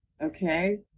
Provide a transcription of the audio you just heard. Okay